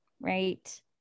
right